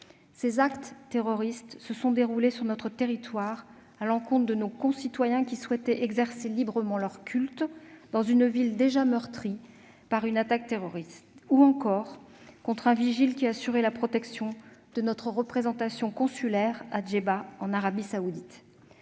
Ces actes terroristes ont pris pour cibles, sur notre territoire, certains de nos concitoyens qui souhaitaient exercer librement leur culte, dans une ville déjà meurtrie par un attentat ; ils ont également porté contre un vigile qui assurait la protection de notre représentation consulaire à Jeddah, en Arabie Saoudite.